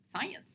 science